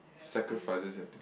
sacrifices you have to